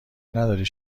نداری